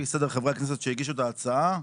חברי הכנסת שהגישו את ההצעה,